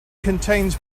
contains